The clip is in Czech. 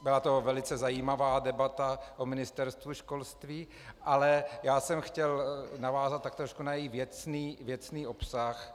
Byla to velice zajímavá debata o Ministerstvu školství, ale já jsem chtěl navázat tak trošku na její věcný obsah.